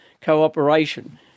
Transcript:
cooperation